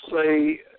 say